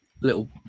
little